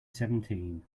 seventeen